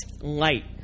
light